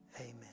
Amen